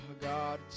God